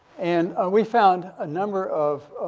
and, ah, we found a number of,